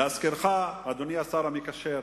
להזכירך, אדוני השר המקשר,